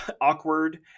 awkward